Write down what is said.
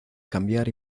cambiar